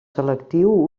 selectiu